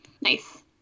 Nice